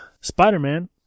Spider-Man